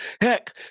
Heck